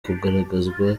kugaragazwa